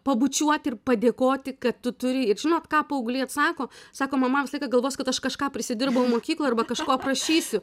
pabučiuoti ir padėkoti kad tu turi ir žinot ką paaugliai atsako sako mama visą laiką galvos kad aš kažką prisidirbau mokykloj arba kažko prašysiu